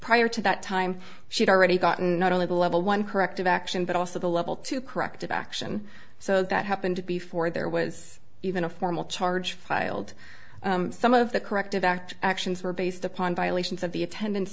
prior to that time she'd already gotten not only the level one corrective action but also the level two corrective action so that happened before there was even a formal charge filed some of the corrective act actions were based upon violations of the attendance